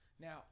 Now